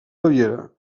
baviera